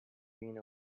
being